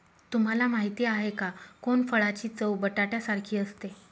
तुम्हाला माहिती आहे का? कोनफळाची चव बटाट्यासारखी असते